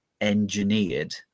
engineered